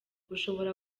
ushobora